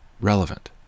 relevant